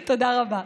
תודה רבה.